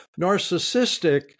Narcissistic